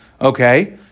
Okay